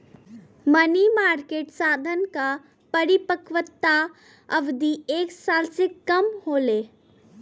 मनी market साधन क परिपक्वता अवधि एक साल से कम होले